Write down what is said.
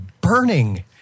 burning